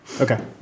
Okay